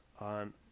on